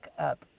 up